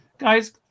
guys